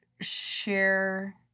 Share